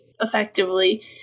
effectively